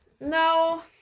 no